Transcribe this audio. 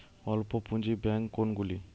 অল্প পুঁজি ব্যাঙ্ক কোনগুলি?